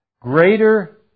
greater